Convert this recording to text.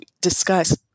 discuss